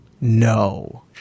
No